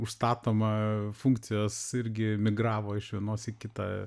užstatoma funkcijos irgi migravo iš vienos į kitą